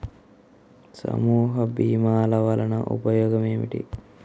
సమూహ భీమాల వలన ఉపయోగం ఏమిటీ?